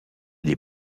des